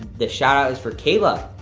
this shout-out is for kayla.